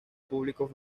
público